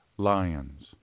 Lions